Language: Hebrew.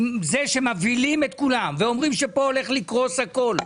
עם זה שמבהילים את כולם ואומרים שפה הולך לקרוס הכול,